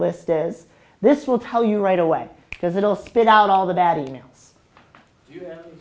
list is this will tell you right away because it will spit out all the bad email